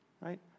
right